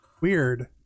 weird